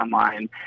online